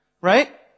right